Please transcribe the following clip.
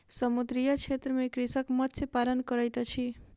समुद्रीय क्षेत्र में कृषक मत्स्य पालन करैत अछि